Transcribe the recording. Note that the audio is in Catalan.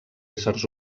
éssers